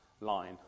line